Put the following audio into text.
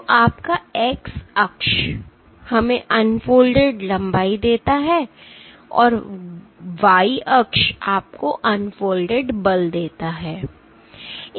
तो आपका X अक्ष हमें अनफोल्डेड लंबाई देता है और Y अक्ष आपको अनफोल्डिंग बल देता है